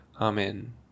Amen